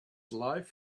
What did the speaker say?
life